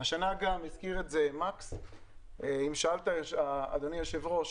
שאלת אדוני היושב ראש